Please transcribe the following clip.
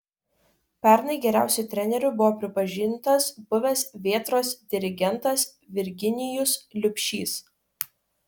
pernai geriausiu treneriu buvo pripažintas buvęs vėtros dirigentas virginijus liubšys